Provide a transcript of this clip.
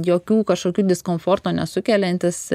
jokių kažkokių diskomforto nesukeliantis